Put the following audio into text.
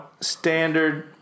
standard